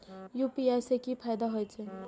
UPI से की फायदा हो छे?